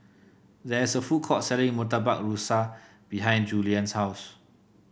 there's a food court selling Murtabak Rusa behind Juliann's house